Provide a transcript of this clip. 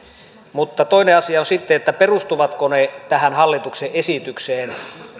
mutta toinen asia on sitten perustuvatko ne tähän hallituksen esitykseen